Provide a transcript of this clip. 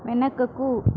వెనకకు